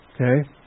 Okay